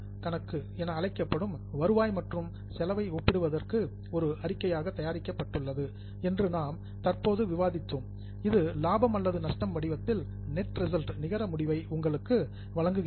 B மற்றும் L கணக்கு என அழைக்கப்படும் வருவாய் மற்றும் செலவை ஒப்பிடுவதற்கு ஒரு அறிக்கை தயாரிக்கப்பட்டுள்ளது என்று நாம் தற்போது விவாதித்தோம் இது லாபம் அல்லது நஷ்டம் வடிவத்தில் நெட் ரிசல்ட் நிகர முடிவை உங்களுக்கு வழங்குகிறது